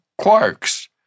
quarks